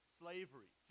slavery